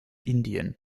indien